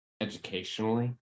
educationally